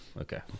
Okay